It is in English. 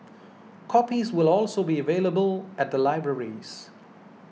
copies will also be available at the libraries